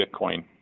Bitcoin